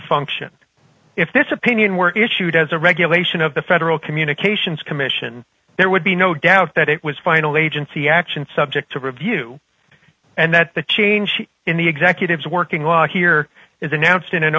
function if this opinion were issued as a regulation of the federal communications commission there would be no doubt that it was finally agency action subject to review and that the change in the executives working on here is announced in n